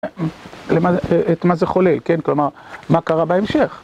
את מה זה חולל, כן? כלומר, מה קרה בהמשך?